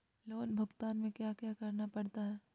loan भुगतान में क्या क्या करना पड़ता है